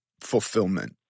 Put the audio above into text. fulfillment